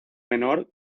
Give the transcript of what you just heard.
menor